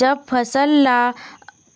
जब फसल ला